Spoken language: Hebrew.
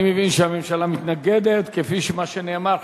אני מבין שהממשלה מתנגדת, כפי מה שנאמר.